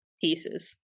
pieces